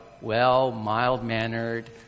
well-mild-mannered